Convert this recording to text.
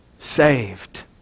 saved